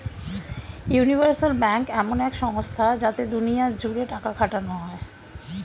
universal bank এমন এক সংস্থা যাতে দুনিয়া জুড়ে টাকা খাটানো যায়